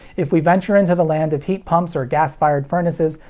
if we venture into the land of heat pumps or gas-fired furnaces,